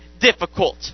difficult